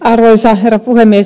arvoisa herra puhemies